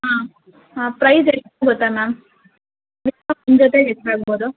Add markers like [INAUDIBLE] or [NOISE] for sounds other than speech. ಹಾಂ ಹಾಂ ಪ್ರೈಸ್ ಎಷ್ಟಾಗುತ್ತೆ ಮ್ಯಾಮ್ [UNINTELLIGIBLE] ಒಂದು ಜೊತೆಗೆ ಎಷ್ಟಾಗ್ಬೋದು